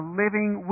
living